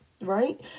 right